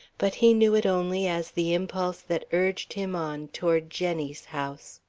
but he knew it only as the impulse that urged him on toward jenny's house.